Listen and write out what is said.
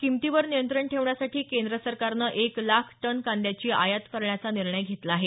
किंमतीवर नियंत्रण ठेवण्यासाठी केंद्र सरकारने एक लाख टन कांद्याची आयात करण्याचा निर्णय घेतला आहे